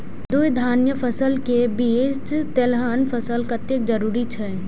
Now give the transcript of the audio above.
दू धान्य फसल के बीच तेलहन फसल कतेक जरूरी छे?